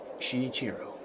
Shinichiro